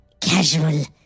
casual